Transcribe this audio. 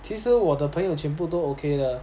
其实我的朋友全部都 okay 的